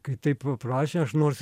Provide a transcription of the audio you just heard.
kai taip paprašė aš nors